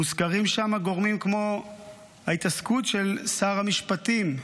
מוזכרים שם גורמים כמו ההתעסקות של שר המשפטים,